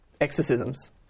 exorcisms